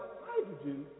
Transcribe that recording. hydrogen